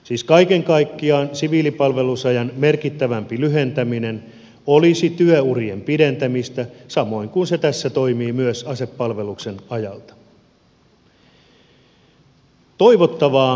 siis kaiken kaikkiaan siviilipalvelusajan merkittävämpi lyhentäminen olisi työurien pidentämistä samoin kuin se tässä toimii myös asepalveluksen ajalta